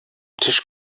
tisch